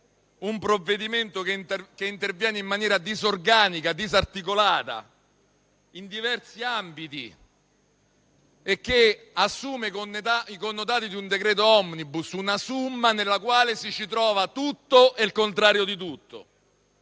un provvedimento che interviene in maniera disorganica e disarticolata in diversi ambiti e che assume i connotati di un decreto *omnibus*, una summa nella quale si trova tutto e il contrario di tutto,